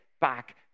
back